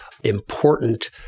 Important